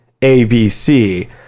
ABC